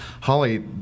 Holly